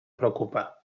preocupa